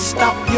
Stop